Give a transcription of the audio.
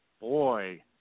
Boy